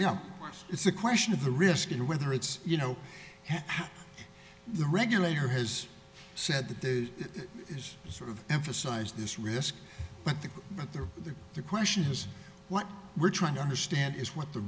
know it's a question of the risk and whether it's you know the regulator has said that there is sort of emphasize this risk i think that the the the question has what we're trying to understand is what the